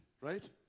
right